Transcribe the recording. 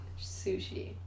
Sushi